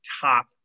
top